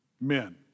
men